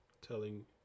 telling